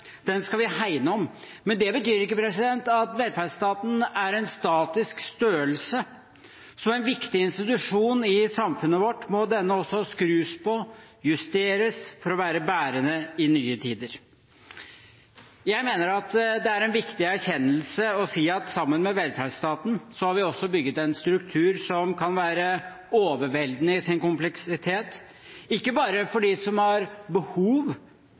Den skal vi hegne om, men det betyr ikke at velferdsstaten er en statisk størrelse. Som en viktig institusjon i samfunnet vårt må denne også skrus på og justeres for å være bærende i nye tider. Jeg mener det er en viktig erkjennelse å si at sammen med velferdsstaten har vi også bygget en struktur som kan være overveldende i sin kompleksitet, ikke bare for dem som har behov